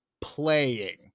playing